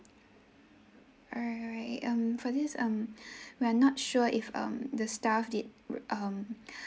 alright alright um for this um we're not sure if um the staff did um